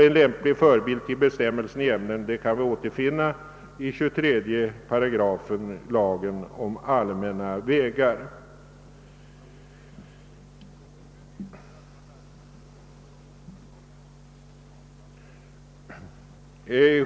En lämplig förebild till bestämmelser i ämnet kan vi återfinna i 23 8 lagen om allmänna vägar.